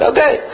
Okay